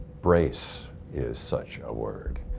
brace is such a word.